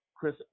Chris